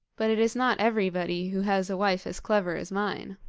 but it is not everybody who has a wife as clever as mine